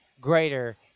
greater